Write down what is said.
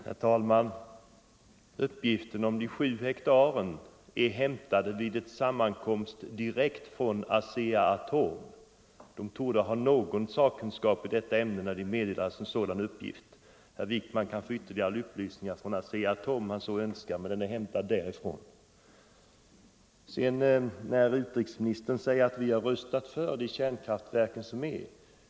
Herr talman! Uppgiften om de 7 hektaren har jag fått från en sammankomst direkt med ASEA-ATOM, som väl torde ha någon sakkunskap i detta ämne när en sådan uppgift lämnas. Herr Wijkman kan säkert få ytterligare upplysningar från ASEA-ATOM, om han så önskar. Utrikesministern säger att vi i centerpartiet har röstat för de kärnkraftverk som redan finns här.